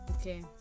Okay